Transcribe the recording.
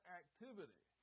activity